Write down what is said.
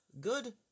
good